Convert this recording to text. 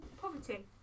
poverty